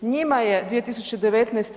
Njima je 2019.